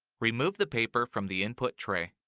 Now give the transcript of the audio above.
remove the paper from the input tray.